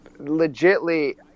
legitly